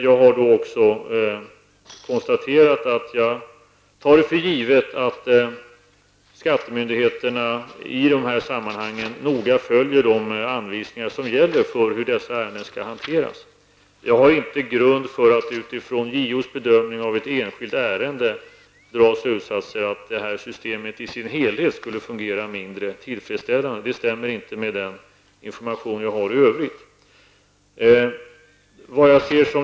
Jag tar för givet att skattemyndigheterna, i de här sammanhangen, noga följer de anvisningar som gäller för hur dessa ärenden skall hanteras. Jag har inte grund för att, utifrån JOs bedömning av ett enskilt ärende, dra slutsatsen att detta system i sin helhet skulle fungera mindre tillfredsställande. Det stämmer inte med den information jag har i övrigt.